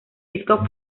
disco